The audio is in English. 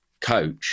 coach